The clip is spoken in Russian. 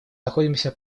находимся